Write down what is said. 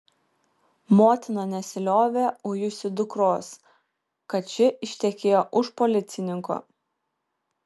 motina nesiliovė ujusi dukros kad ši ištekėjo už policininko